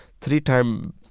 Three-time